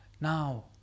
now